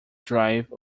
drive